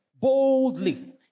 Boldly